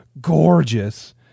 gorgeous